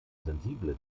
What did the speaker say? sensible